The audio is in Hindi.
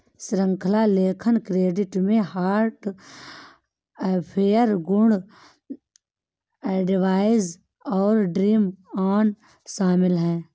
श्रृंखला लेखन क्रेडिट में हार्ट अफेयर, गुड एडवाइस और ड्रीम ऑन शामिल हैं